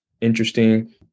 interesting